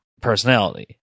personality